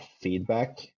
feedback